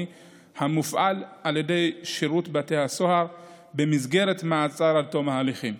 המופעל על ידי שירות בתי הסוהר במסגרת מעצר עד תום ההליכים.